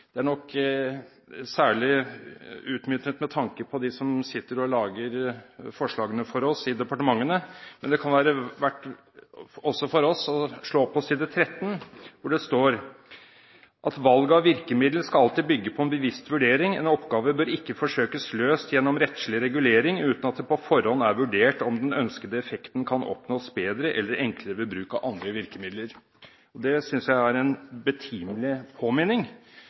Det er nok særlig utmyntet med tanke på dem som sitter og lager forslagene for oss i departementene, men det kan være verdt, også for oss, å slå opp på side 13 hvor det står: «Valget av virkemiddel skal alltid bygge på en bevisst vurdering. En oppgave bør ikke forsøkes løst gjennom rettslig regulering uten at det på forhånd er vurdert om den ønskede effekten kan oppnås bedre eller enklere ved bruk av andre virkemidler.» Det synes jeg er en betimelig påminning.